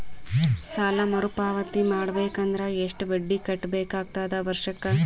ಸಾಲಾ ಮರು ಪಾವತಿ ಮಾಡಬೇಕು ಅಂದ್ರ ಎಷ್ಟ ಬಡ್ಡಿ ಕಟ್ಟಬೇಕಾಗತದ ವರ್ಷಕ್ಕ?